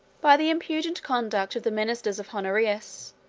by the imprudent conduct of the ministers of honorius,